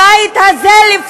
תתביישי לך,